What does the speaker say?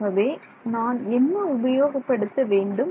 ஆகவே நான் என்ன உபயோகப்படுத்த வேண்டும்